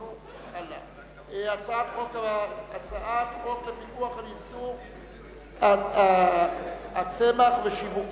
אנחנו ממשיכים בסדר-היום: הצעת חוק לפיקוח על ייצור הצמח ושיווקו,